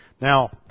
Now